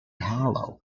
hollow